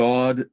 God